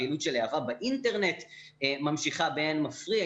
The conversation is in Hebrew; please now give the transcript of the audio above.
הפעילות של להב"ה באינטרנט ממשיכה באין מפריע.